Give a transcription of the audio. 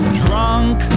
drunk